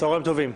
צוהריים טובים,